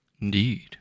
Indeed